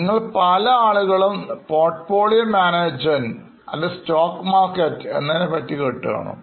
നിങ്ങൾ പല ആളുകളും portfolio managementഅല്ലെങ്കിൽ സ്റ്റോക്ക് മാർക്കറ്റ് എന്നതിനെ പറ്റി കേട്ടുകാണും